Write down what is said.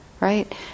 right